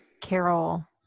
Carol